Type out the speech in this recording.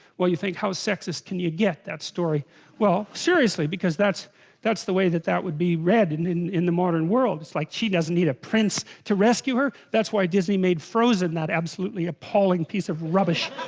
well you think how sexist can you get that story well seriously because that's that's the way that that would be read and in in the modern world it's like she doesn't need a prince to rescue her that's why i disney made frozen that absolutely appalling piece of rubbish